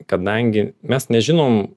kadangi mes nežinom